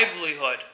livelihood